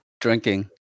Drinking